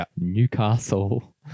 Newcastle